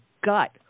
gut